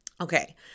Okay